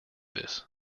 this